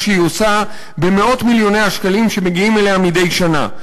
שהיא עושה במאות מיליוני השקלים שמגיעים אליה מדי שנה.